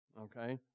okay